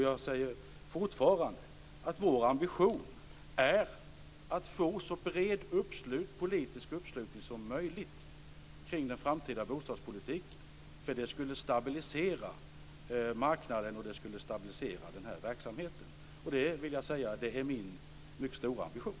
Jag menar fortfarande att vår ambition är att få så bred politisk uppslutning som möjligt kring den framtida bostadspolitiken. Det skulle stabilisera marknaden, och det skulle stabilisera den här verksamheten. Det är min mycket stora ambition.